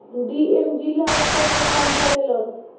DM जिला स्तर पर काम करेलन